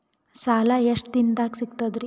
ಸಾಲಾ ಎಷ್ಟ ದಿಂನದಾಗ ಸಿಗ್ತದ್ರಿ?